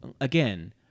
again